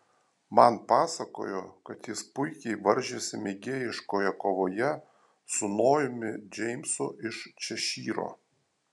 man pasakojo kad jis puikiai varžėsi mėgėjiškoje kovoje su nojumi džeimsu iš češyro